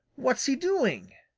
what's he doing?